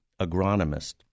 agronomist